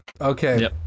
okay